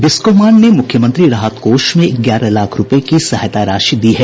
बिस्कोमान ने मुख्यमंत्री राहत कोष में ग्यारह लाख रूपये की सहायता राशि दी है